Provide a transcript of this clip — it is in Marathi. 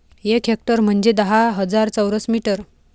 एक हेक्टर म्हंजे दहा हजार चौरस मीटर